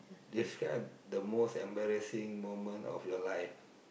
describe the most embarrassing moment of your life